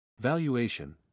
Valuation